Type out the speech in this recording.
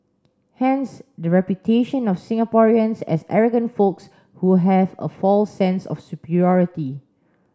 hence the reputation of Singaporeans as arrogant folks who have a false sense of superiority